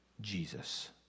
Jesus